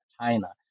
China